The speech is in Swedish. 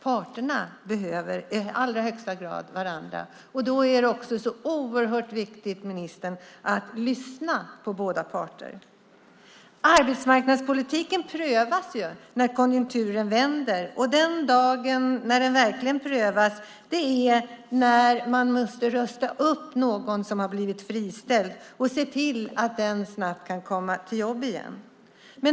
Parterna behöver i allra högsta grad varandra. Då är det, ministern, oerhört viktigt att lyssna på båda parterna. Arbetsmarknadspolitiken prövas när konjunkturen vänder. Den dagen arbetsmarknadspolitiken verkligen prövas är när man måste rusta upp den som blivit friställd och se till att den personen snabbt kan komma ut i jobb igen.